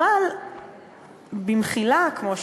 אבל במחילה, כמו שאומרים,